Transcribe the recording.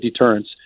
deterrence